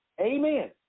Amen